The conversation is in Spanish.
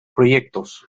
proyectos